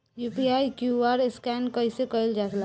UPI QR scan कइसे कईल जा ला?